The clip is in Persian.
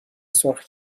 سرخ